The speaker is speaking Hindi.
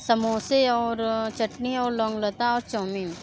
समोसे और चटनी और लौंगलता और चौमीन